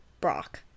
Brock